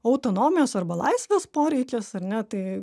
autonomijos arba laisvės poreikis ar ne tai